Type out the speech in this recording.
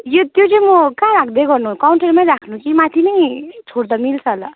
यो त्यो चाहिँ म कहाँ राख्दै गर्नु काउन्टरमै राख्नु कि माथि नै छोड्दा मिल्छ होला